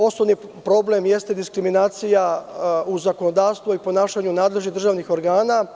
Osnovni problem je diskriminacija u zakonodavstvu i ponašanju nadležnih državnih organa.